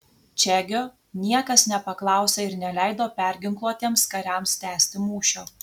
čegio niekas nepaklausė ir neleido perginkluotiems kariams tęsti mūšio